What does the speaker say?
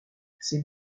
c’est